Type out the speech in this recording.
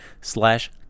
slash